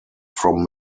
from